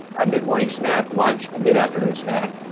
a mid-morning snack, lunch, a mid-afternoon snack,